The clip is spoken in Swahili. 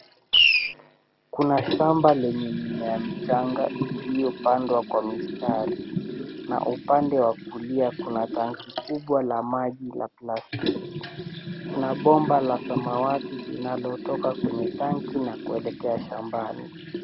Kuna shamba lenye mimea michanga iliyopandwa kwa mistari, na upande wa kulia kuna tanki kubwa la maji la plastiki. Kuna bomba la samawati linalotoka kwenye tanki na kuelekea shambani.